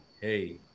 hey